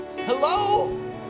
Hello